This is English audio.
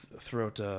Throughout